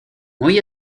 muy